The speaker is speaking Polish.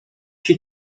się